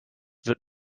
wird